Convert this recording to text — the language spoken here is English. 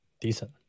Decent